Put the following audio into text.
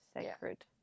sacred